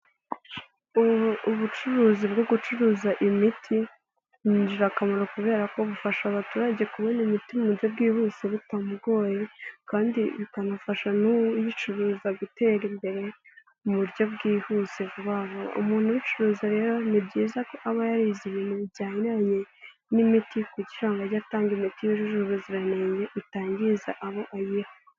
Ubu ubucuruzi bwo gucuruza imiti, ni ingirakamaro kubera ko bufasha abaturage kubona imiti mu buryo bwihuse bitamugoye kandi bikanafasha n'uyicuruza gutera imbere, mu buryo bwihuse vuba vuba, umuntu ubicuruza rero ni byiza ko aba yarize ibintu bijyaniranye n'imiti kugira ngo ajye atanga imiti yujuje ubuziranenge, itangiza abo ayiha.